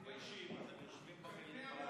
הם מתביישים אז הם יושבים בירכתי המליאה.